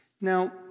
Now